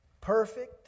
perfect